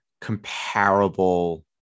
comparable